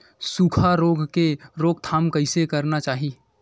सुखा रोग के रोकथाम कइसे करना चाही?